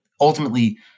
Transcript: ultimately